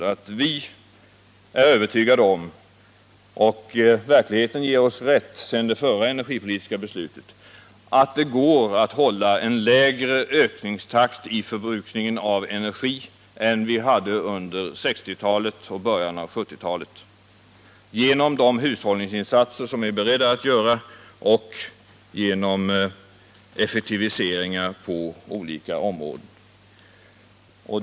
Vi inom centern är övertygade om — och verkligheten har gett oss rätt sedan det förra energipolitiska beslutet — att det går att hålla en lägre ökningstakt i förbrukningen av energi än den vi hade under 1960-talet och början av 1970-talet genom de hushållningsinsatser som vi är beredda att göra och genom effektiviseringar på olika områden.